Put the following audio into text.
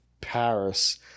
Paris